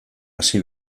hasi